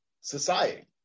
Society